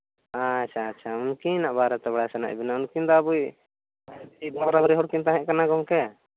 ᱟᱪᱪᱷᱟ ᱟᱪᱪᱷᱟ ᱩᱱᱠᱤᱱᱟᱜ ᱵᱟᱨᱮᱛᱮ ᱵᱟᱲᱟᱭ ᱥᱟᱱᱮᱭᱮᱫ ᱵᱤᱱᱟ ᱩᱱᱠᱤᱱ ᱫᱚ ᱟᱵᱚᱭᱤᱡ ᱵᱚᱸᱜᱟ ᱵᱟᱨᱟᱼᱵᱟᱨᱤ ᱦᱚᱲ ᱠᱤᱱ ᱛᱟᱦᱮᱸ ᱠᱟᱱᱟ ᱜᱚᱢᱠᱮ